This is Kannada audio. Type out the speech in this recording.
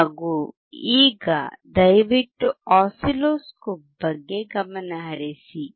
ಹಾಗು ಈಗ ದಯವಿಟ್ಟು ಆಸಿಲ್ಲೋಸ್ಕೋಪ್ ಬಗ್ಗೆ ಗಮನಹರಿಸಿ